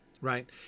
right